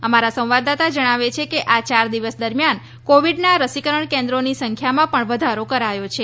અમારા સંવાદદાતા જણાવે છે કે આ યાર દિવસ દરમિયાન કોવિડના રસીકરણ કેન્દ્રોની સંખ્યામાં પણ વધારો કરાયો છે